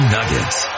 Nuggets